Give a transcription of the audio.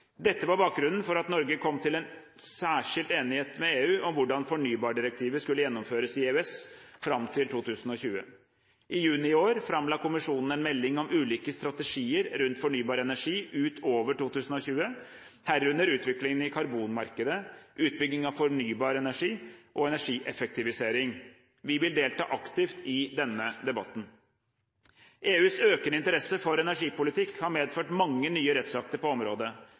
Dette var bakgrunnen for at Norge kom til en særskilt enighet med EU om hvordan fornybardirektivet skulle gjennomføres i EØS fram mot 2020. I juni i år framla kommisjonen en melding om ulike strategier rundt fornybar energi utover 2020, herunder utviklingen i karbonmarkedet, utbygging av fornybar energi og energieffektivisering. Vi vil delta aktivt i denne debatten. EUs økende interesse for energipolitikk har medført mange nye rettsakter på området.